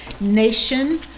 Nation